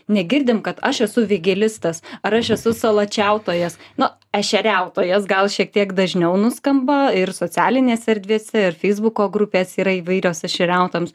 negirdim kad aš esu vėgėlistas ar aš esu saločiautojas na ešeriautojas gal šiek tiek dažniau nuskamba ir socialinėse erdvėse ir feisbuko grupės yra įvairios ešeriautojams